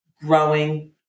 growing